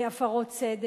עוסקת בפועל בהפרות סדר.